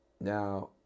now